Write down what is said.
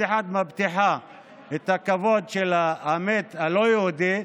אחד מבטיחה את הכבוד של המת הלא-יהודי,